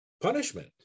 punishment